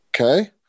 Okay